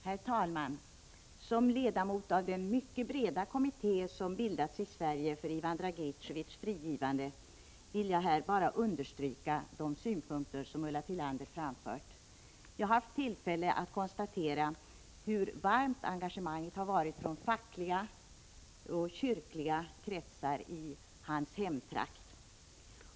Herr talman! Som ledamot av den mycket breda kommitté som bildats i Sverige för Ivan Dragiteviés frigivande vill jag här bara understryka de synpunkter som Ulla Tillander har framfört. Jag har haft tillfälle att konstatera hur varmt engagemanget har varit från fackligt och kyrkligt håll i hans hemtrakt.